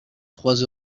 trois